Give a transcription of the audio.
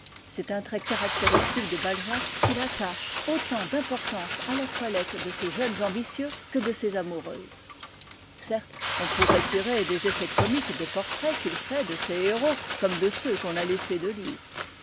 c'est un trait caractéristique de balzac qu'il attache autant d'importance à la toilette de ses jeunes ambitieux que de ses amoureuses certes on pourrait tirer des effets comiques des portraits qu'il fait de ses héros comme de ceux qu'on a laissés de lui